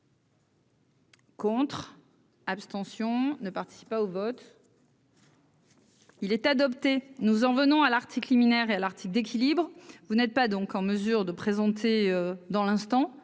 Contre, abstention ne participe pas au vote. Il est adopté, nous en venons à l'article liminaire et à l'article d'équilibre, vous n'êtes pas donc en mesure de présenter dans l'instant,